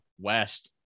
west